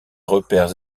repères